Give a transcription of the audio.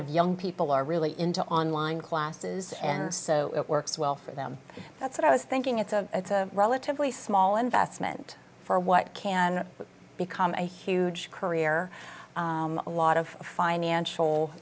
of young people are really into online classes and so it works well for them that's what i was thinking it's a relatively small investment for what can become a huge career a lot of financial